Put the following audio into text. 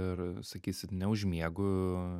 ir sakysit neužmiegu